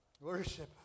worship